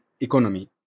economy